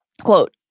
Quote